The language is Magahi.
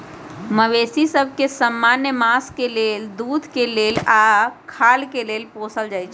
मवेशि सभ के समान्य मास के लेल, दूध के लेल आऽ खाल के लेल पोसल जाइ छइ